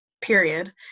period